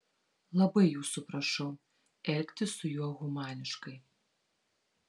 labai jūsų prašau elgtis su juo humaniškai